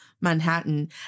Manhattan